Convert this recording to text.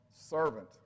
servant